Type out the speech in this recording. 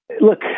look